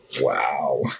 Wow